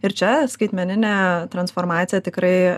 ir čia skaitmeninė transformacija tikrai